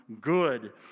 good